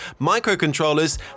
microcontrollers